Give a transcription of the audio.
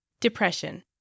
Depression